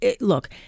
look